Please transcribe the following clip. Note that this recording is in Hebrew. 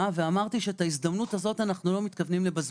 ואמרתי שאת ההזדמנות הזו אנחנו לא מתכוונים לבזבז.